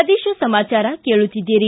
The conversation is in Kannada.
ಪ್ರದೇಶ ಸಮಾಚಾರ ಕೇಳುತ್ತಿದ್ದಿರಿ